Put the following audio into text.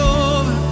over